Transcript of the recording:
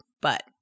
but-